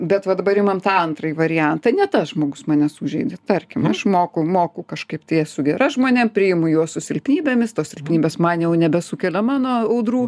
bet va dabar imam tą antrąjį variantą ne tas žmogus mane sužeidė tarkim aš moku moku kažkaip tai esu gera žmonėm priimu juos su silpnybėmis tos silpnybės man jau nebesukelia mano audrų